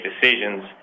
decisions